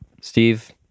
Steve